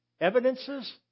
evidences